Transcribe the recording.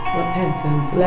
repentance